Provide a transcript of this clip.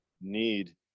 need